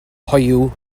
hoyw